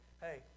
hey